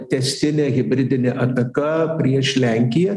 tęstinė hibridinė ataka prieš lenkiją